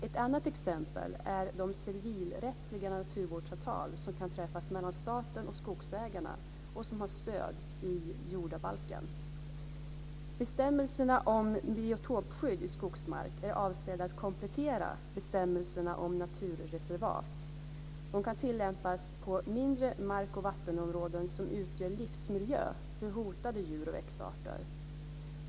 Ett annat exempel är de civilrättsliga naturvårdsavtal som kan träffas mellan staten och skogsägarna och som har stöd i jordabalken. Bestämmelserna om biotopskydd i skogsmark är avsedda att komplettera bestämmelserna om naturreservat. De kan tillämpas på mindre mark och vattenområden som utgör livsmiljö för hotade djur och växtarter.